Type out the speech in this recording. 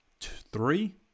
three